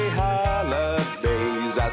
holidays